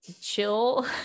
chill